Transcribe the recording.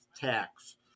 tax